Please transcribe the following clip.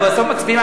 בסוף מצביעים,